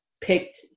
picked